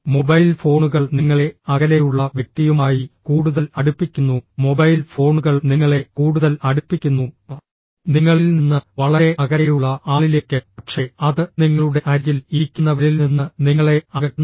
mobile ഫോണുകൾ നിങ്ങളെ അകലെയുള്ള വ്യക്തിയുമായി കൂടുതൽ അടുപ്പിക്കുന്നു മൊബൈൽ ഫോണുകൾ നിങ്ങളെ കൂടുതൽ അടുപ്പിക്കുന്നു നിങ്ങളിൽ നിന്ന് വളരെ അകലെയുള്ള ആളിലേക്ക് പക്ഷേ അത് നിങ്ങളുടെ അരികിൽ ഇരിക്കുന്നവരിൽ നിന്ന് നിങ്ങളെ അകറ്റുന്നു